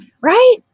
right